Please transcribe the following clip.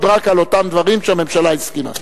רק על אותם דברים שהממשלה הסכימה להם.